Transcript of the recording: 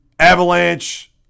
Avalanche